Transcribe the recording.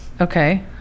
Okay